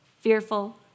Fearful